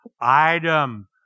Item